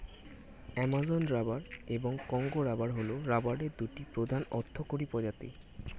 Amazon rubber এবং Congo rubber হল রাবারের দুটি প্রধান অর্থকরী প্রজাতি